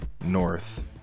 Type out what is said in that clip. north